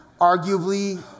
arguably